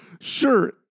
Sure